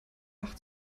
wach